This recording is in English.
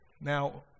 Now